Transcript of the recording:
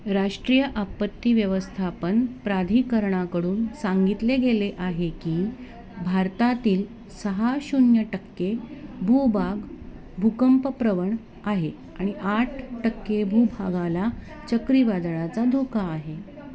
राष्ट्रीय आपत्ती व्यवस्थापन प्राधिकरणाकडून सांगितले गेले आहे की भारतातील सहा शून्य टक्के भूभाग भूकंपप्रवण आहे आणि आठ टक्के भूभागाला चक्रीवादळाचा धोका आहे